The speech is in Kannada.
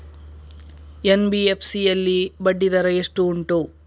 ಎನ್.ಬಿ.ಎಫ್.ಸಿ ಯಲ್ಲಿ ಬಡ್ಡಿ ದರ ಎಷ್ಟು ಉಂಟು?